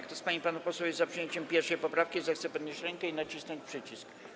Kto z pań i panów posłów jest za przyjęciem 1. poprawki, zechce podnieść rękę i nacisnąć przycisk.